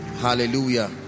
Hallelujah